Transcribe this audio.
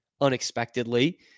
unexpectedly